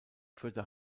führte